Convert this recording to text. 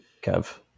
Kev